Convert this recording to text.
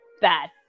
Bad